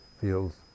feels